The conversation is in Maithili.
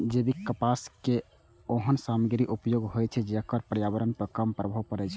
जैविक कपासक खेती मे ओहन सामग्रीक उपयोग होइ छै, जेकर पर्यावरण पर कम प्रभाव पड़ै छै